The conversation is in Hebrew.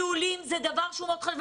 זה דבר שהוא מאוד חשוב,